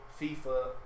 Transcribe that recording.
FIFA